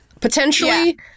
potentially